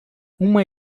uma